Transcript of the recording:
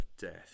death